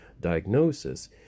diagnosis